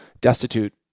destitute